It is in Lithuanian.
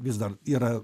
vis dar yra